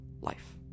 life